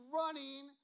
running